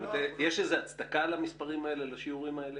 יש הצדקה לשיעורים האלה?